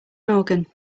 organ